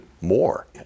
more